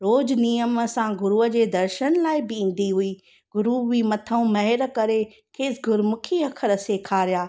रोज़ु नियम सां गुरूअ जे दर्शन लाइ बि ईंदी हुई गुरू बि मथां महिर करे खेसि गुरूमुखी अखर सिखारिया